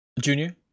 Junior